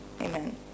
Amen